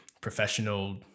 professional